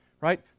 right